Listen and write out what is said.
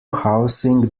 housing